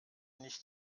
nicht